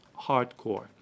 hardcore